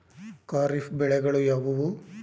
ಖಾರಿಫ್ ಬೆಳೆಗಳು ಯಾವುವು?